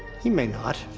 he may not.